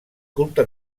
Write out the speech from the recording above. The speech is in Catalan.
culte